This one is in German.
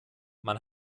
man